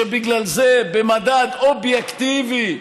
שבגלל זה במדד אובייקטיבי,